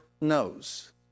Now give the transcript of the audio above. knows